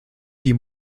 die